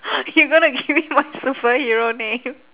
you gonna give me my superhero name